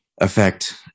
affect